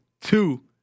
two